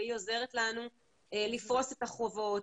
והיא עוזרת לנו לפרוס את החובות,